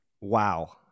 Wow